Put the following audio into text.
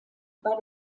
bei